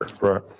right